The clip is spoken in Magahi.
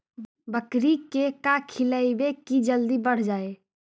बकरी के का खिलैबै कि जल्दी बढ़ जाए?